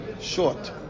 short